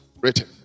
written